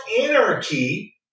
anarchy